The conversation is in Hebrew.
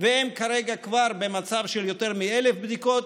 והם כרגע כבר במצב של יותר מ-1,000 בדיקות,